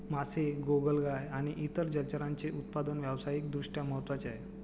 मासे, गोगलगाय आणि इतर जलचरांचे उत्पादन व्यावसायिक दृष्ट्या महत्त्वाचे आहे